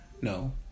No